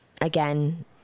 Again